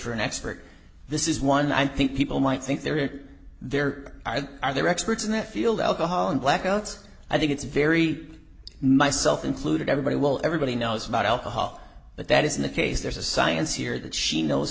for an expert this is one i think people might think there are there are there are experts in that field alcohol and blackouts i think it's very myself included everybody well everybody knows about alcohol but that isn't the case there's a science here that she knows